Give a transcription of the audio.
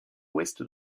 ouest